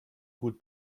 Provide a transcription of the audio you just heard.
gut